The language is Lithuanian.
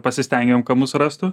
pasistengėm ka mus rastų